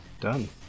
Done